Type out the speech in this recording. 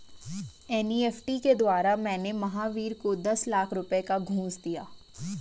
NEFT के द्वारा मैंने महावीर को दस लाख रुपए का घूंस दिया